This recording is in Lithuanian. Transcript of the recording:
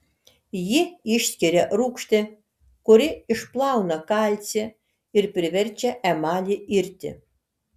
ji išskiria rūgštį kuri išplauna kalcį ir priverčia emalį irti